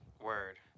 Word